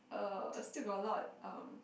uh still got a lot uh